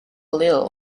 little